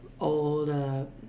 old